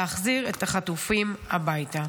להחזיר את החטופים הביתה.